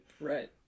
Right